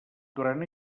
durant